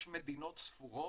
יש מדינות ספורות,